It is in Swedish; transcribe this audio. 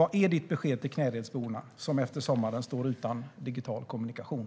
Vad är ditt besked till Knäredsborna, som efter sommaren står utan digital kommunikation?